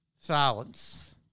Silence